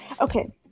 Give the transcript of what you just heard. Okay